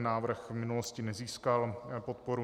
Návrh v minulosti nezískal podporu.